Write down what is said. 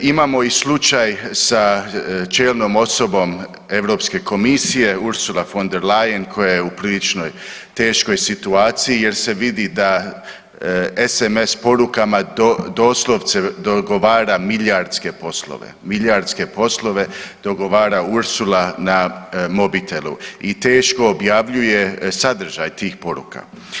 Imamo i slučaj sa čelnom osobom EU komisije, Ursula von der Leyen koja je u prilično teškoj situaciji jer se vidi da SMS porukama doslovce dogovara milijardske poslove, milijardske poslove dogovara Ursula na mobitelu i teško objavljuje sadržaj tih poruka.